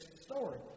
story